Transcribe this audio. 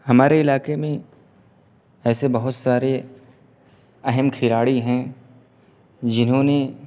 ہمارے علاقے میں ایسے بہت سارے اہم کھلاڑی ہیں جنہوں نے